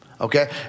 okay